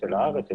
של הארץ,